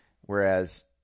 Whereas